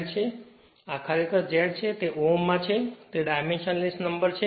તેથી આ ખરેખર Z Ω છે તે Ω છે અને આ Ω છે તેથી તે ડાયમેન્શન લેસનંબર છે